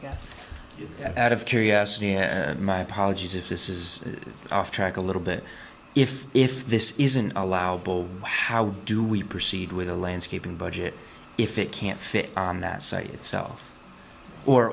like out of curiosity and my apologies if this is off track a little bit if if this isn't allowed how do we proceed with a landscaping budget if it can't fit on that site itself or